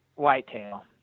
whitetail